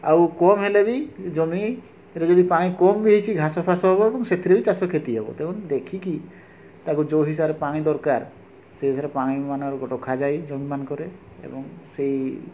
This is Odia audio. ଆଉ କମ ହେଲେ ବି ଜମିରେ ଯଦି ପାଣି କମ ବି ହେଇଛି ଘାସ ଫାସ ହବ ଏବଂ ସେଥିରେ ବି ଚାଷ କ୍ଷତି ହବ ତେଣୁ ଦେଖିକି ତାକୁ ଯେଉଁ ହିସାବରେ ପାଣି ଦରକାର ସେ ହିସାବରେ ପାଣିମାନ ରଖାଯାଇ ଜମି ମାନଙ୍କରେ ଏବଂ ସେଇ